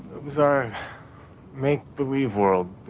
it was our make believe world.